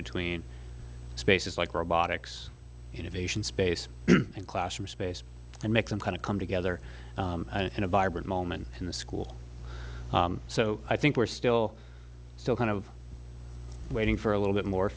between spaces like robotics innovation space and classroom space and make some kind of come together and a vibrant moment in the school so i think we're still still kind of waiting for a little bit more